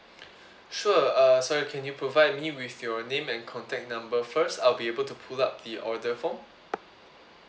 sure uh sorry can you provide me with your name and contact number first I'll be able to pull up the order form